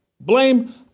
Blame